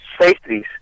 safeties